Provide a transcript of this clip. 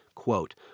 Quote